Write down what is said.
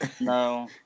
No